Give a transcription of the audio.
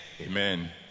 Amen